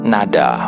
Nada